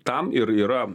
tam ir yra